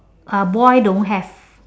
uh boy don't have